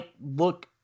look